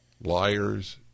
Liars